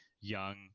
young